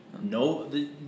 No